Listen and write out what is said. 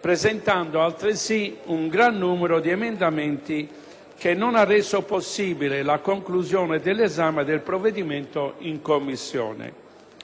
presentando altresì un gran numero di emendamenti che non ha reso possibile la conclusione dell'esame del provvedimento in Commissione.